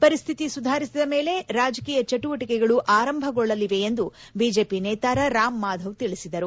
ಪರಿಸ್ಥಿತಿ ಸುಧಾರಿಸಿದ ಮೇಲೆ ರಾಜಕೀಯ ಚಟುವಟಿಕೆಗಳು ಆರಂಭಗೊಳ್ಳಲಿವೆ ಎಂದು ಬಿಜೆಪಿ ನೇತಾರ ರಾಮ್ ಮಾಧವ್ ತಿಳಿಸಿದರು